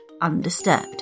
undisturbed